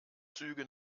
züge